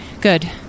Good